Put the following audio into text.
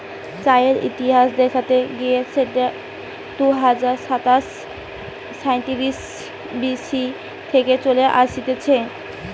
চায়ের ইতিহাস দেখতে গেলে সেটা দুই হাজার সাতশ সাইতিরিশ বি.সি থেকে চলে আসতিছে